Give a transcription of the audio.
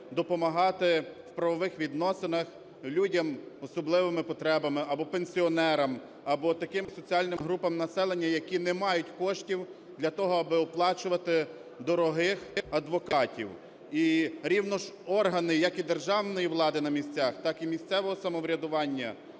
допомагати в правових відносинах людям з особливими потребами або пенсіонерам, або таким соціальним групам населення, які не мають коштів для того, аби оплачувати дорогих адвокатів. І рівно ж органи як і державної влади на місцях, так і місцевого самоврядування